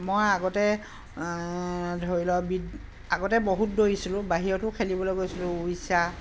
মই আগতে ধৰি লওক আগতে বহুত দৌৰিছিলোঁ বাহিৰতো খেলিবলৈ গৈছিলোঁ উৰিষ্যা